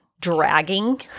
dragging